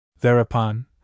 Thereupon